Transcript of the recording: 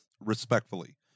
respectfully